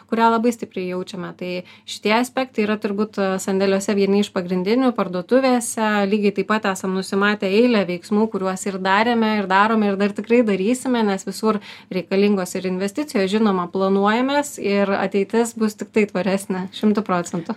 kurią labai stipriai jaučiame tai šitie aspektai yra turbūt sandėliuose vieni iš pagrindinių parduotuvėse lygiai taip pat esam nusimatę eilę veiksmų kuriuos ir darėme ir darome ir dar tikrai darysime nes visur reikalingos ir investicijos žinoma planuojamės ir ateitis bus tiktai tvaresnė šimtu procentų